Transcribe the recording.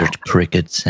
cricket